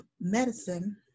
medicine